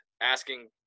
asking